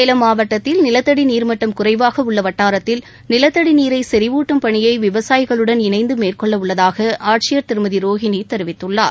சேலம் மாவட்டத்தில் நிலத்தடி நீர்மட்டம் குறைவாக உள்ள வட்டாரத்தில் நிலத்தடி நீரை செறிவூட்டும் பணியை விவசாயிகளுடன் இணைந்து மேற்கொள்ள உள்ளதாக ஆட்சியர் திருமதி ரோகிணி தெரிவித்துள்ளார்